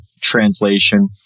translation